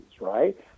right